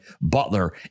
Butler